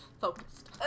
Focused